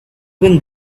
been